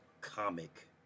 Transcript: comic